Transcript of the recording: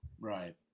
Right